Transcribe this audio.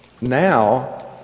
now